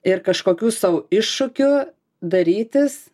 ir kažkokių sau iššūkių darytis